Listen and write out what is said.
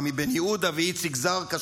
רמי בן יהודה ואיציק זרקא,